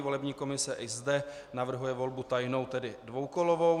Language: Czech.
Volební komise i zde navrhuje volbu tajnou, tedy dvoukolovou.